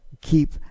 keep